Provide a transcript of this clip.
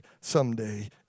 someday